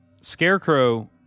Scarecrow